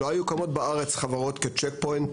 לא היו קמות בארץ חברות כצ'ק פוינט,